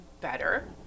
Better